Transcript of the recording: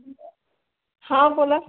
हा बोला